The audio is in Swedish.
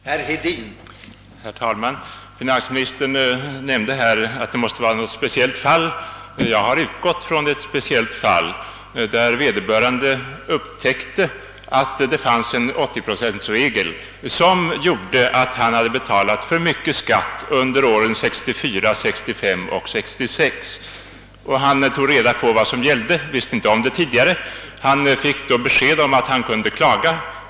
Herr talman! Finansministern sade att det måste gälla något speciellt fall. Ja, jag har utgått från ett speciellt fall där vederbörande upptäckte att det fanns en 80-procentregel enligt vilken han betalat för mycket skatt under åren 1964, 1965 och 1966. Han visste alltså tidigare inte vad som gällde men tog nu reda på saken och fick besked om att han kunde klaga.